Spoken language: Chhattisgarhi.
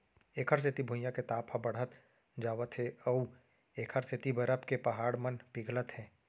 एखर सेती भुइयाँ के ताप ह बड़हत जावत हे अउ एखर सेती बरफ के पहाड़ मन पिघलत हे